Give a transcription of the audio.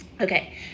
Okay